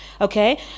okay